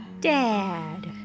Dad